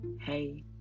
Hey